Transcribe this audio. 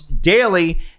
daily